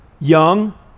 Young